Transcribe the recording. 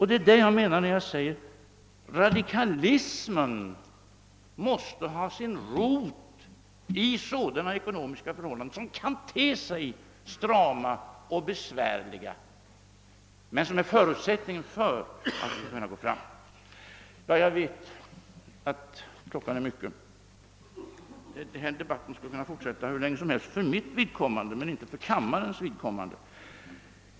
Det är det jag menar när jag säger att radikalismen måste ha sin rot i sådana ekonomiska förhållanden som kan te sig strama och besvärliga men som är en förutsättning för att vi skall kunna gå framåt. Jag vet att klockan är mycket. Denna debatt skulle kunna fortsätta hur länge som helst för mitt vidkommande men inte för kammarens vidkommande.